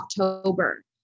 October